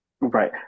Right